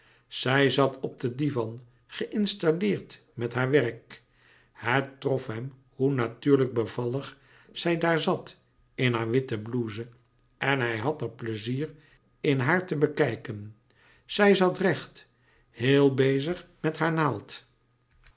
zij zat op den divan geïnstalleerd met haar werk het trof hem hoe natuurlijk bevallig zij daar zat in haar witte blouse en hij had er pleizier in haar te bekijken zij zat recht heel bezig met haar naald